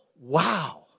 wow